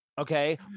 okay